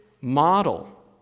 model